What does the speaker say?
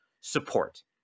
support